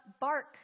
bark